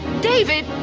david!